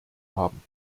haben